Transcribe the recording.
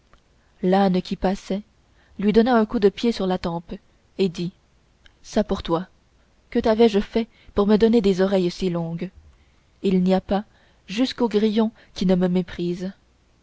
l'âne qui passait lui donna un coup de pied sur la tempe et dit ça pour toi que tavais je fait pour me donner des oreilles si longues il n'y a pas jusqu'au grillon qui ne me méprise